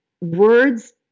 words